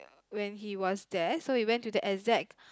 when he was there so we went to the exact